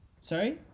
Sorry